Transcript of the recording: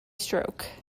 stroke